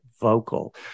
vocal